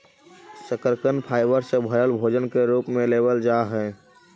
शकरकन फाइबर से भरल भोजन के रूप में लेबल जा हई